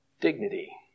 dignity